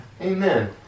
Amen